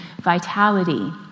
Vitality